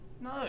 No